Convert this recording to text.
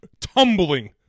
tumbling –